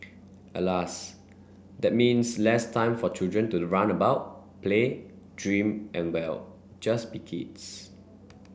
Alas that means less time for children to run about play dream and well just be kids